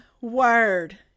word